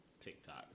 TikTok